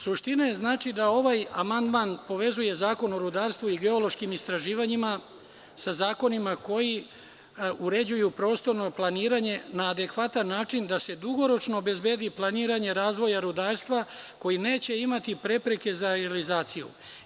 Suština je da ovaj amandman povezuje Zakon o rudarstvu i geološkim istraživanjima sa zakonima koji uređuju prostorno planiranje na adekvatan način da se dugoročno obezbedi planiranje razvoja rudarstva koji neće imati prepreke za realizaciju.